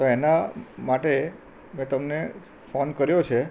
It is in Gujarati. તો એના માટે મેં તમને ફોન કર્યો છે